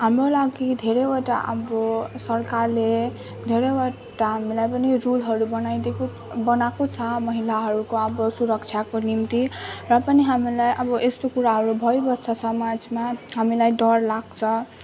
हाम्रो लागि धेरैवटा अब सरकारले धेरैवटा हामीलाई पनि रूलहरू बनाइदिएको बनाएको छ महिलाहरूको अब सुरक्षाको निम्ति र पनि हामीलाई अब यस्तो कुराहरू भइबस्छ समाजमा हामीलाई डर लाग्छ